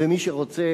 ומי שרוצה